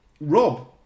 Rob